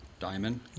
Diamond